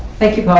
thank you, paul.